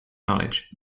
knowledge